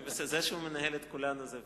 זה שהוא מנהל את כולנו זה בטוח.